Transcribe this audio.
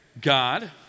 God